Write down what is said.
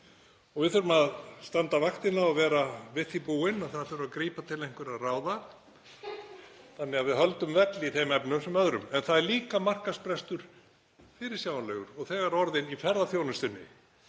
og við þurfum að standa vaktina og vera við því búin að það þurfi að grípa til einhverra ráða þannig að við höldum velli í þeim efnum sem öðrum. En það er líka markaðsbrestur, fyrirsjáanlegur og þegar orðinn, í ferðaþjónustunni.